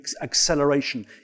acceleration